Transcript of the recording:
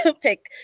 pick